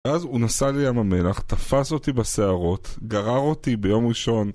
ואז הוא נסע לים המלח, תפס אותי בשערות, גרר אותי ביום ראשון.